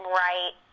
right